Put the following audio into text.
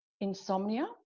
insomnia